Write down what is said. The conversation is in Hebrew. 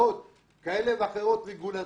זהו גברתי?